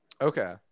Okay